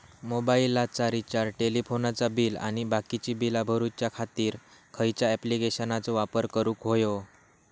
मोबाईलाचा रिचार्ज टेलिफोनाचा बिल आणि बाकीची बिला भरूच्या खातीर खयच्या ॲप्लिकेशनाचो वापर करूक होयो?